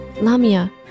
Lamia